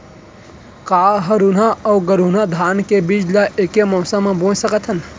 का हरहुना अऊ गरहुना धान के बीज ला ऐके मौसम मा बोए सकथन?